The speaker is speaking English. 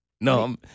No